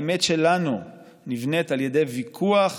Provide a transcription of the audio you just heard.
האמת שלנו נבנית על ידי ויכוח,